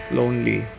lonely